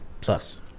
Plus